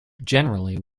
generally